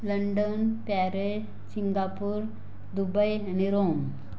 London Paris Singapore Dubai आणि Rome